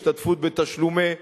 השתתפות בתשלומי הורים,